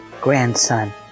Grandson